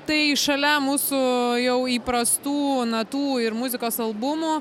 tai šalia mūsų jau įprastų natų ir muzikos albumų